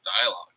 dialogue